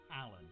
Alan